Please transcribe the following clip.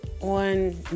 on